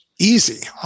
easy